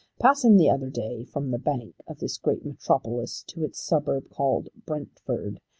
passing the other day from the bank of this great metropolis to its suburb called brentford,